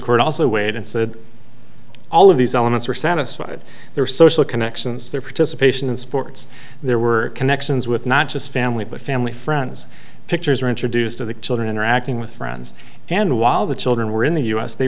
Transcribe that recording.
court also weighed in said all of these elements were satisfied their social connections their participation in sports there were connections with not just family but family friends pictures are introduced to the children interacting with friends and while the children were in the us they